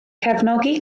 cefnogi